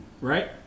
right